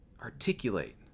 articulate